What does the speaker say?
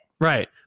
right